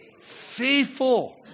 faithful